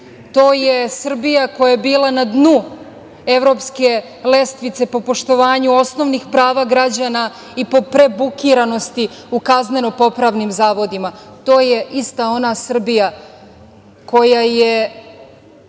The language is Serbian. To je Srbija koja je bila na dnu evropske lestvice po poštovanju osnovnih prava građana i po prebukiranosti u kazneno-popravnim zavodima. To je ista ona Srbija koja je